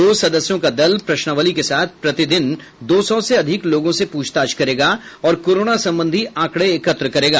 दो सदस्यों का दल प्रश्नावली के साथ प्रतिदिन दो सौ से अधिक लोगों से प्रछताछ करेगा और कोरोना संबंधी आंकडे एकत्र करेगा